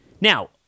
Now